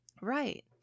Right